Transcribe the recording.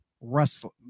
wrestling